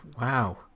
Wow